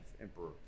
Emperor